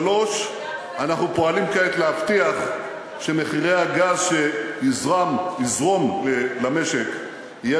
3. אנחנו פועלים כעת להבטיח שהגז שיזרום למשק יהיה